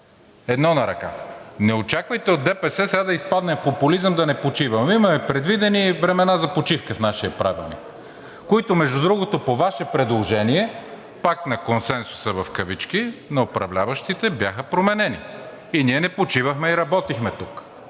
едно на ръка. Не очаквайте от ДПС сега да изпаднем в популизъм да не почиваме. Имаме предвидени времена за почивка в нашия Правилник, които, между другото, по Ваше предложение, пак на консенсуса в кавички, на управляващите бяха променени и ние не почивахме, а работихме тук